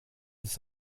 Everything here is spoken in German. das